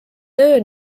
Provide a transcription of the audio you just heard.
töö